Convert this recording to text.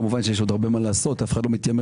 כמובן יש עוד הרבה מה לעשות אף אחד לא מתיימר